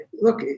Look